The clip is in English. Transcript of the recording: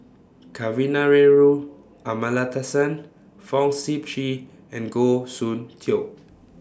Kavignareru Amallathasan Fong Sip Chee and Goh Soon Tioe